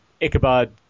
Ichabod